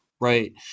Right